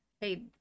hey